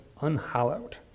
unhallowed